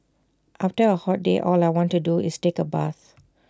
after A hot day all I want to do is take A bath